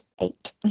eight